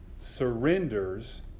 surrenders